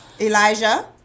elijah